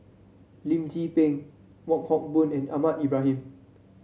Lim Tze Peng Wong Hock Boon and Ahmad Ibrahim